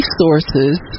resources